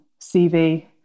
CV